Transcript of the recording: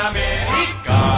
America